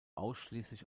ausschließlich